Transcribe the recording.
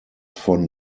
von